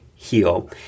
heal